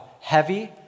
heavy